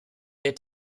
der